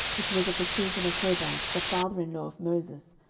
which was of the children of hobab the father in law of moses,